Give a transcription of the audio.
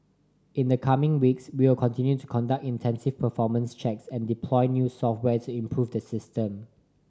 in the coming weeks we will continue to conduct intensive performance checks and deploy new software to improve the system